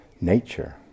nature